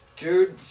dude